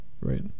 right